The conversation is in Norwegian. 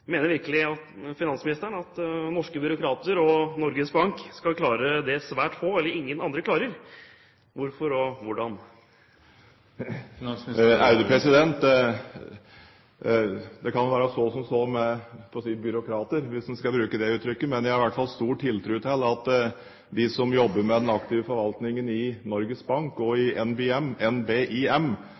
Mener virkelig finansministeren at norske byråkrater og Norges Bank skal klare det svært få eller ingen andre klarer? Hvorfor? Og: Hvordan? Det kan vel være så som så med – jeg holdt på å si – byråkrater, hvis man skal bruke det uttrykket. Men jeg har i hvert fall stor tiltro til at de som jobber med den aktive forvaltningen i Norges Bank og i NBIM, klarer den jobben på en